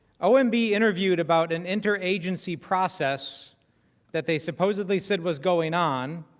ah and be interviewed about an interagency process that they supposedly said was going on